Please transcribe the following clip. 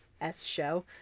S-show